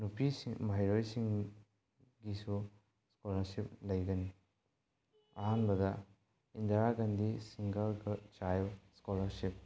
ꯅꯨꯄꯤꯁꯤꯡ ꯃꯍꯩꯔꯣꯏꯁꯤꯡꯒꯤꯁꯨ ꯁ꯭ꯀꯣꯂꯔꯁꯤꯞ ꯂꯩꯒꯅꯤ ꯑꯍꯥꯟꯕꯗ Indira Gandhi single girl child scholarship